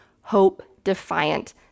hope-defiant